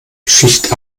schicht